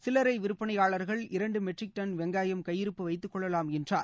சில்லரை விற்பனையாளர்கள் இரண்டு மெட்ரிக் டன் வெங்காயம் கையிருப்பு வைத்துக் கொள்ளலாம் என்றார்